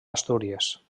astúries